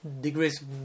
degrees